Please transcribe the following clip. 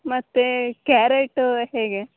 ಮತ್ತೆ ಕ್ಯಾರೇಟ್ ಹೇಗೆ